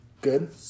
Good